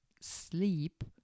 sleep